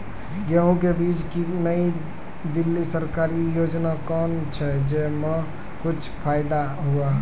गेहूँ के बीज की नई दिल्ली सरकारी योजना कोन छ जय मां कुछ फायदा हुआ?